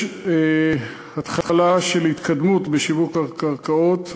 יש התחלה של התקדמות בשיווק הקרקעות.